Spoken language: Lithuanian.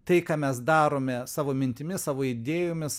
tai ką mes darome savo mintimis savo idėjomis